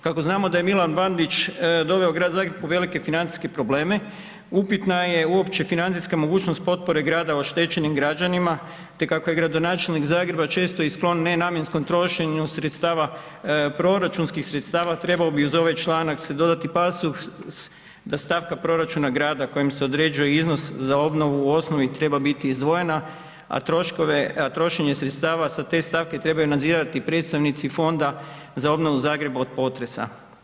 Kako znamo da je Milan Bandić doveo Grad Zagreb u velike financijske probleme, upitna je uopće financijska mogućnost potpore grada oštećenim građanima, te kako je gradonačelnik Zagreba često i sklon nenamjenskom trošenju sredstava, proračunskih sredstava, trebao bi uz ovaj članak se dodati pasus da stavka proračuna grada kojim se određuje iznos za obnovu u osnovi treba biti izdvojena, a troškove, a trošenje sredstava sa te stavke trebaju nadzirati predstavnici Fonda za obnovu Zagreba od potresa.